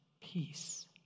peace